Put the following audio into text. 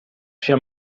sia